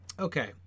Okay